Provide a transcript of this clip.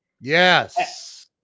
Yes